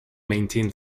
maintain